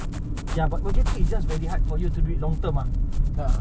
ya but bagi aku it's just very hard for you to do it long term ah